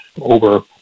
over